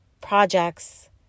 projects